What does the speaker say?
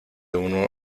uno